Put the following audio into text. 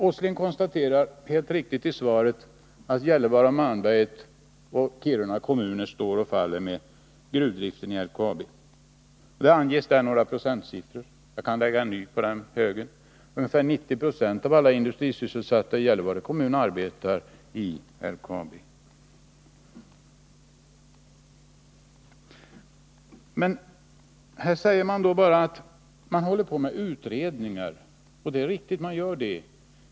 Nils Åsling konstaterar helt riktigt i svaret att Gällivare och Kiruna kommuner står och faller med gruvdriften i LKAB. Det anges några procentsiffror. Jag kan lägga till ytterligare en: ungefär 90 90 av alla industrisysselsatta i Gällivare kommun arbetar i LKAB. Här sägs att man håller på med utredningar, och det är riktigt.